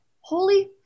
holy